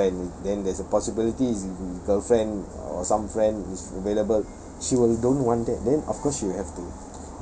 he's gonna go and meet his friend then there's a possibility his girlfriend or some friend is available she will don't want that then of course she will have to